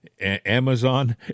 Amazon